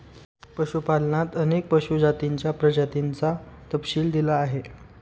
पशुपालनात अनेक पशु जातींच्या प्रजातींचा तपशील दिला आहे